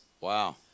Wow